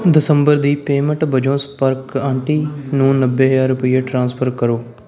ਦਸੰਬਰ ਦੀ ਪੇਮੈਂਟ ਵਜੋਂ ਸੰਪਰਕ ਆਂਟੀ ਨੂੰ ਨੱਬੇ ਹਜ਼ਾਰ ਰੁਪਈਏ ਟ੍ਰਾਂਸਫਰ ਕਰੋ